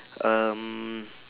um